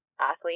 athlete